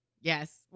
Yes